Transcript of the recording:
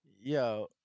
Yo